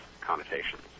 connotations